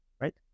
right